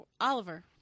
Oliver